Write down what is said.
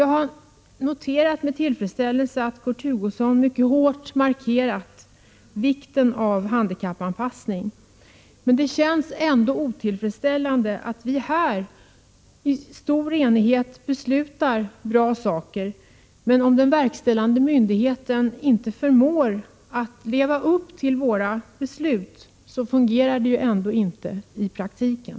Jag har med tillfredsställelse noterat att Kurt Hugosson mycket hårt markerat vikten av handikappanpassning. Men det känns ändå otillfredsställande om vi här i stor enighet beslutar om bra saker och den verkställande myndigheten inte förmår leva upp till våra beslut. Då fungerar det i alla fall inte i praktiken.